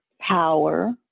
power